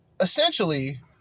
essentially